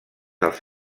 els